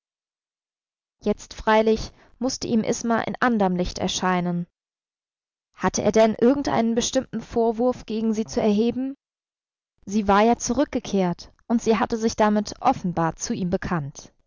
jetzt freilich mußte ihm isma in anderm licht erscheinen hatte er denn irgendeinen bestimmten vorwurf gegen sie zu erheben sie war ja zurückgekehrt und sie hatte sich damit offenbar zu ihm bekannt